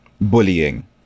bullying